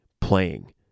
playing